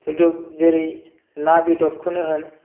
हयत' जेरै ना बेदरखौनो होन